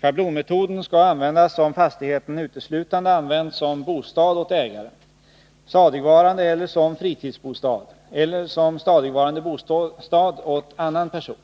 Schablonmetoden skall användas om fastigheten uteslutande används som bostad åt ägaren — stadigvarande eller som fritidsbostad — eller som stadigvarande bostad åt annan person.